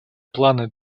планы